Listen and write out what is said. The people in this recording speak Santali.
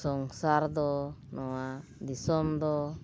ᱥᱚᱝᱥᱟᱨ ᱫᱚ ᱱᱚᱣᱟ ᱫᱤᱥᱚᱢ ᱫᱚ